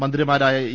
മന്ത്രിമാരായ ഇ